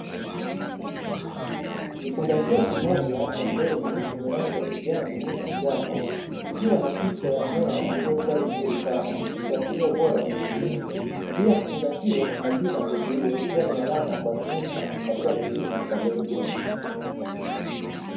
Kifungashio kimoja cha mbegu chenye rangi ya kijani na njano, kikiwa na picha ya mmea uliostawi vizuri sana. Ikiashiria ubora wa mbegu hizi. Juu ya kifungashio kuna jina la mbegu hiyo, ikiwa ni alama ya kuaminika katika kilimo cha mbegu bora.